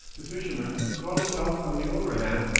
the fisherman, crawling out on the overhand,